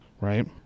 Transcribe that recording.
right